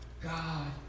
God